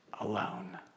alone